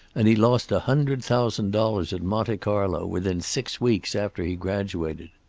and he lost a hundred thousand dollars at monte carlo within six weeks after he graduated.